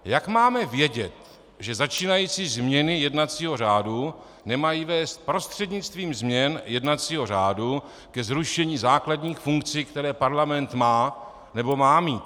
Jak máme vědět, že začínající změny jednacího řádu nemají vést prostřednictvím změn jednacího řádu ke zrušení základních funkcí, které parlament má, nebo má mít?